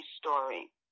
story